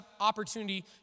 opportunity